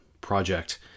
project